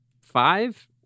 five